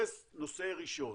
זה נושא ראשון.